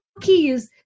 keys